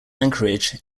anchorage